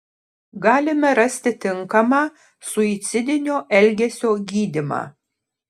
galime rasti tinkamą suicidinio elgesio gydymą